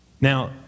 Now